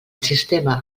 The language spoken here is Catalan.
sistema